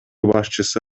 башчысы